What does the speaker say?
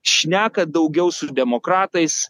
šneka daugiau su demokratais